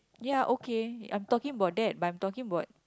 ya okay I'm talking about that but I'm talking